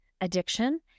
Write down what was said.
addiction